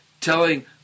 telling